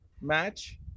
match